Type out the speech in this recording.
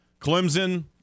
Clemson